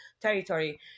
territory